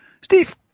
Steve